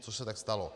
Což se tak stalo.